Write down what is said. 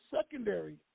secondary